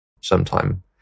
sometime